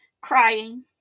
crying